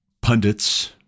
pundits